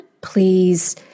Please